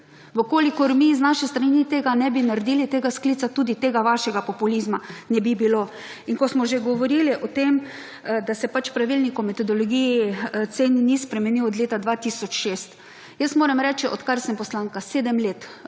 V kolikor mi z naše strani tega ne bi naredili, tega sklica, tudi tega vašega populizma ne bi bilo. In ko smo že govorili o tem, da se pravilnik o metodologiji ceni ni spremenil od leta 2006. Jaz moram reči, odkar sem poslanka, sedem let